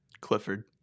Clifford